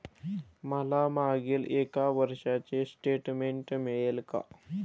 मला मागील एक वर्षाचे स्टेटमेंट मिळेल का?